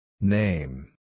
Name